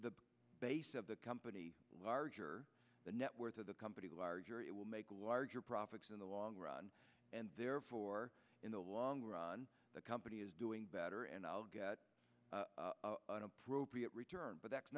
the base of the company large or the net worth of the company larger it will make larger profits in the long run and therefore in the long run the company is doing better and i'll get an appropriate return but that's